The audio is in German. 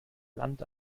land